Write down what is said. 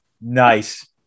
Nice